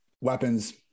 weapons